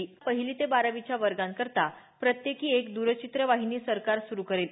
त्याकरता पहिली ते बारावीच्या वर्गांकरता प्रत्येकी एक दरचित्रवाहिनी सरकार सुरु करेल